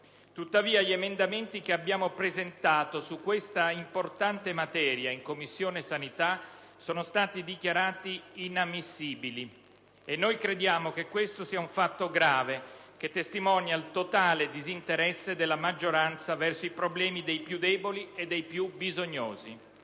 Tuttavia, gli emendamenti presentati su questa importante materia in Commissione sanità sono stati dichiarati inammissibili e noi crediamo che questo sia un fatto grave, che testimonia il totale disinteresse della maggioranza verso i problemi dei più deboli e dei più bisognosi.